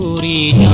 read